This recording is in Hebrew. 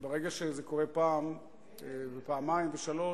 וברגע שזה קורה פעם ופעמיים ושלוש,